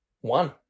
One